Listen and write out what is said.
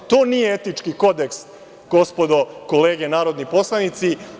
To nije etički kodeks, gospodo kolege narodni poslanici.